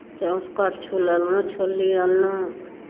चम्मच करछुल अनलहुँ छोलनी अनलहुँ